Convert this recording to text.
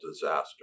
disaster